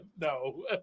No